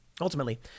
ultimately